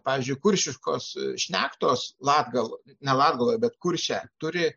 pavyzdžiui kuršiškos šnektos latgaloj ne latgaloj bet kurše turi